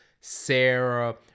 Sarah